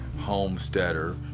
homesteader